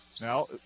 Now